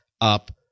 up